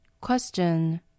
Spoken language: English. Question